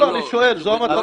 לא, אני שואל: זו המטרה?